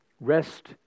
Rest